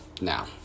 now